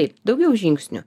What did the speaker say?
taip daugiau žingsnių